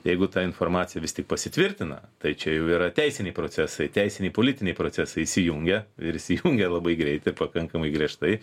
jeigu ta informacija vis tik pasitvirtina tai čia jau yra teisiniai procesai teisiniai politiniai procesai įsijungia ir įsijungia labai greitai ir pakankamai griežtai